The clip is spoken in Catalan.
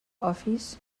office